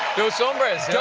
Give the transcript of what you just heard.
dose hombres.